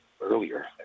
earlier